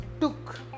took